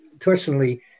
personally